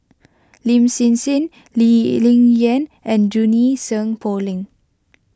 Lin Hsin Hsin Lee Ling Yen and Junie Sng Poh Leng